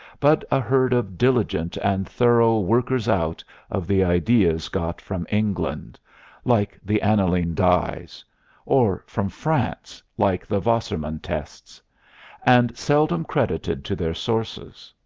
but a herd of diligent and thorough workers-out of the ideas got from england like the aniline dyes or from france like the wassermann tests and seldom credited to their sources.